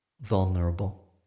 Vulnerable